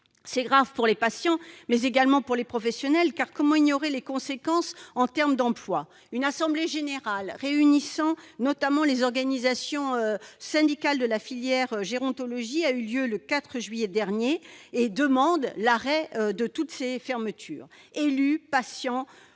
C'est grave pour les patients, mais également pour les professionnels, car comment ignorer les conséquences en termes d'emploi ? Une assemblée générale réunissant notamment les organisations syndicales de la filière gérontologie, qui a eu lieu le 4 juillet dernier, demande l'arrêt de toutes ces fermetures. Élus, patients